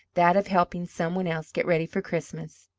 that of helping some one else get ready for christmas.